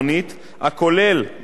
בהתאם להחלטת הוועדה,